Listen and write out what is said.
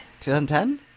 2010